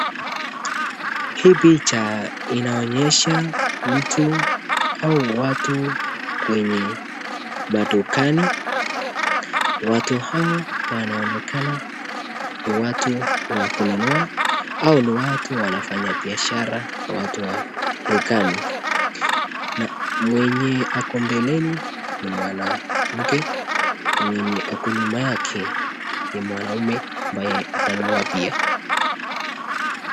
Hii picha inaonyesha mtu au watu kwenye madukani. Watu hawa wanaonekana ni watu wa kununua au ni watu wanafanya biashara ,watu wa dukani. Mwenye ako mbeleni ni mwanamke, mwenye ako nyuma ni mwanaume ambaye ananunua pia.